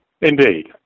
Indeed